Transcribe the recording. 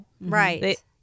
Right